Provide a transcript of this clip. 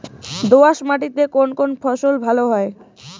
দোঁয়াশ মাটিতে কোন কোন ফসল ভালো হয়?